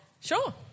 Sure